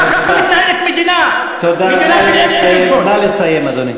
ככה מתנהלת מדינה, מדינה של אדלסון.